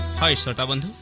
hi so seven